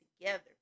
together